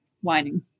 whining